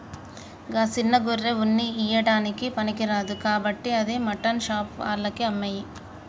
గా సిన్న గొర్రె ఉన్ని ఇయ్యడానికి పనికిరాదు కాబట్టి అది మాటన్ షాప్ ఆళ్లకి అమ్మేయి